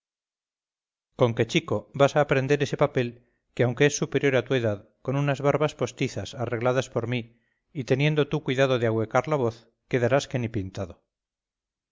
con que chico vas a aprender ese papel que aunque es superior a tu edad con unas barbas postizas arregladas por mí y teniendo tú cuidado de ahuecar la voz quedarás que ni pintado